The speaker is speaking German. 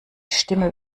stimme